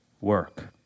work